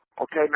okay